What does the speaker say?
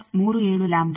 37ಆಗಿದೆ